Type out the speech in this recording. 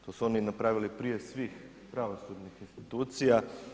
To su oni napravili prije svih pravosudnih institucija.